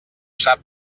sap